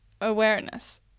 awareness